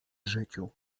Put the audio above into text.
życiu